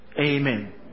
Amen